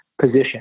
position